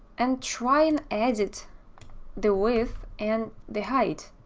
and try and edit the width and the height